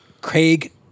Craig